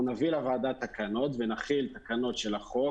אנחנו נביא לוועדה תקנות ונכין ונחיל תקנות של החוק